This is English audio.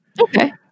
Okay